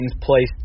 placed